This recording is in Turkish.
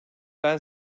ben